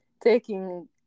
taking